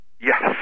Yes